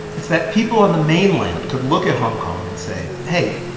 it's that people on the mainland could look at hong kong and say, hey,